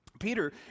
Peter